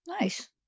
Nice